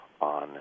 on